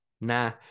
Nah